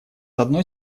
одной